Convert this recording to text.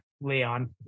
Leon